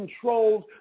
controlled